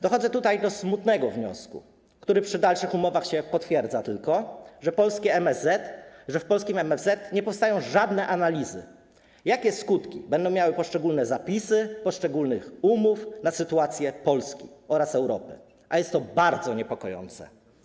Dochodzę tutaj do smutnego wniosku, który przy dalszych umowach się potwierdza tylko, że w polskim MSZ nie powstają żadne analizy, jakie skutki będą miały poszczególne zapisy poszczególnych umów dla sytuacji Polski oraz Europy, a jest to bardzo niepokojące.